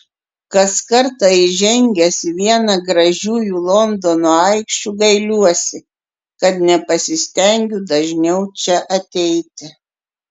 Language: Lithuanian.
kas kartą įžengęs į vieną gražiųjų londono aikščių gailiuosi kad nepasistengiu dažniau čia ateiti